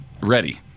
Ready